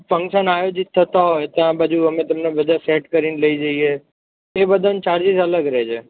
function આયોજિત થતા હોય ત્યાં બાજુ અમે તમને બધા સેટ કરી લઇ જઈએ એ બધાનો ચાર્જીસ અલગ રહે છે